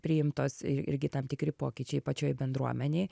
priimtos i irgi tam tikri pokyčiai pačioj bendruomenėj